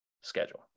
schedule